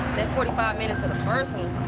that forty five minutes of the first one,